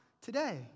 today